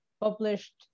published